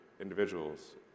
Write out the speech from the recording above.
individuals